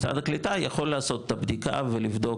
משרד הקליטה יכול לעשות את הבדיקה ולבדוק,